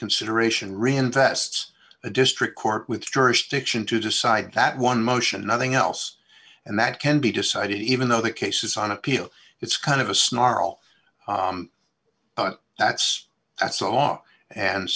reconsideration reinvests a district court with jurisdiction to decide that one motion nothing else and that can be decided even though the case is on appeal it's kind of a snarl that's that's off and